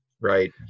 Right